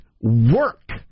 work